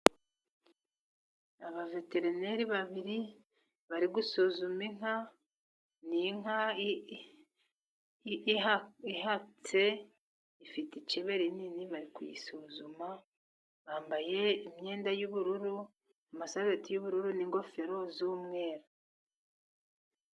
Abaveterineri babiri bari gusuzuma inka .Ni inka ihatse ifite ibere rinini bari kuyisuzuma bambaye imyenda y'ubururu ,amasarubeti y'ubururu n'ingofero z'umweru.